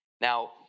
Now